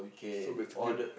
so basically